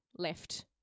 left